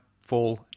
fall